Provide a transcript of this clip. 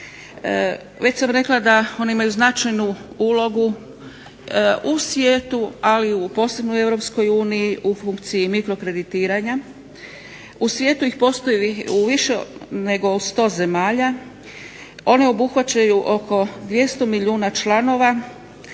Već sam rekla da one imaju značajnu ulogu u svijetu, ali posebno u Europskoj uniji u funkciji mikro kreditiranja. U svijetu ih postoji u više od 100 zemalja, one obuhvaćaju oko 200 milijuna članova